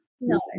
no